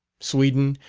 sweden,